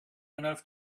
enough